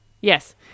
Yes